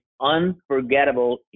unforgettable